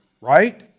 right